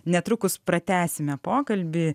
netrukus pratęsime pokalbį